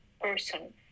person